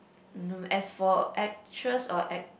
no as for actress or act